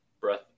breath